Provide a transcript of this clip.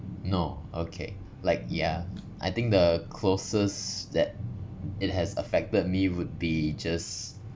no okay like yeah I think the closest that it has affected me would be just